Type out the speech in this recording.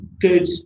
good